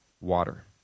water